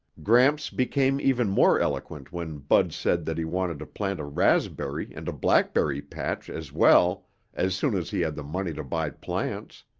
gramps became even more eloquent when bud said that he wanted to plant a raspberry and a blackberry patch as well as soon as he had the money to buy plants.